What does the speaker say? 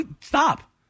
Stop